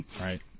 Right